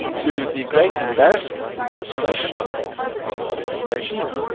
to the great embarrassment and frustration of the regime.